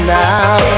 now